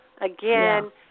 Again